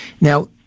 Now